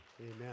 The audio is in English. Amen